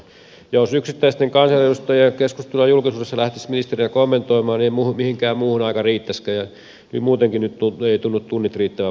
jos yksittäisten kansanedustajien keskustelua julkisuudessa lähtisi ministeri kommentoimaan niin ei mihinkään muuhun aika riittäisikään ja muutenkaan eivät nyt tunnu tunnit riittävän vuorokaudessa